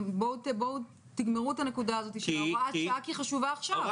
בואו תגמרו את הנקודה הזאת של הוראת השעה כי היא חשובה עכשיו.